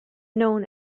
known